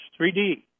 3D